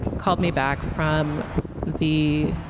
called me back from the